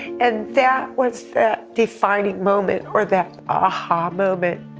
and that was the defining moment, or that ah-hah moment,